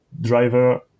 driver